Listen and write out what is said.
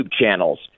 channels